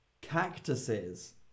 cactuses